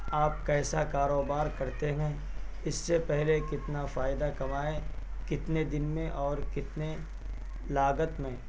آپ کیسا کاروبار کرتے ہیں اس سے پہلے کتنا فائدہ کمائیں کتنے دن میں اور کتنے لاگت میں